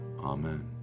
Amen